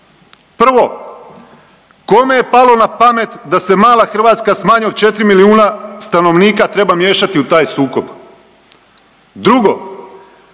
Prvo, kome je palo na pamet da se mala Hrvatska s manje od 4 milijuna stanovnika treba miješati u taj sukob?